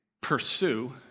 pursue